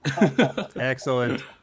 Excellent